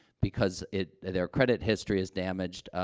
because it their credit history is damaged, ah,